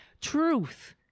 Truth